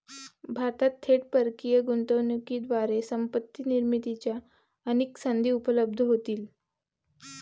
भारतात थेट परकीय गुंतवणुकीद्वारे संपत्ती निर्मितीच्या अनेक संधी उपलब्ध होतील